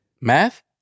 Math